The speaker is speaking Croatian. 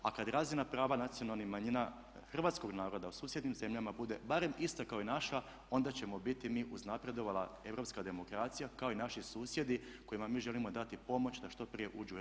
A kad razina prava nacionalnih manjina hrvatskog naroda u susjednim zemljama bude barem ista kao i naša onda ćemo biti mi uznapredovala europska demokracija kao i naši susjedi kojima mi želimo dati pomoć da što prije uđu u EU.